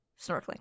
snorkeling